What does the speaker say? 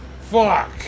Fuck